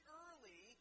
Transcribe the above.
early